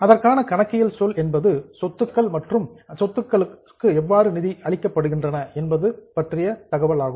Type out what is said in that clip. அதற்கான கணக்கியல் சொல் சொத்துக்கள் மற்றும் அந்த சொத்துக்களுக்கு எவ்வாறு நிதி அளிக்கப்படுகின்றன என்பதும் ஆகும்